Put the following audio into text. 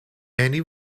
annie